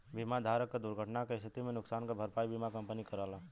बीमा धारक क दुर्घटना क स्थिति में नुकसान क भरपाई बीमा कंपनी करला